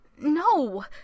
No